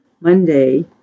Monday